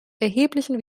erheblichen